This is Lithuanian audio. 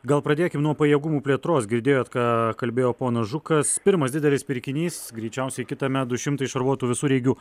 gal pradėkim nuo pajėgumų plėtros girdėjot ką kalbėjo p žukas pirmas didelis pirkinys greičiausiai kitame du šimtai šarvuotų visureigių